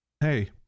hey